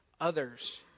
others